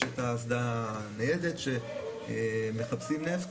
יש את האסדה הניידת שמחפשים נפט,